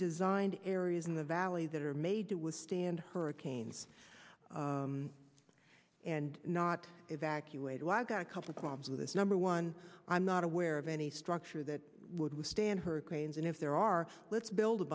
designed areas in the valley that are made to withstand hurricanes and not evacuated when i got a couple problems with this number one i'm not aware of any structure that would withstand hurricanes and if there are let's build a